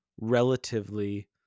relatively